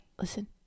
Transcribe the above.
listen